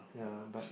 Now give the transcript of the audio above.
ya but